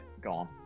gone